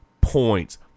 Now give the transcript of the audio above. points